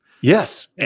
Yes